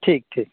ٹھیک ٹھیک